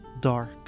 dark